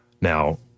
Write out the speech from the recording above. Now